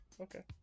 Okay